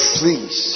please